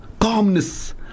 calmness